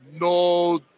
no